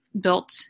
built